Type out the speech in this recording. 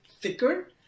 thicker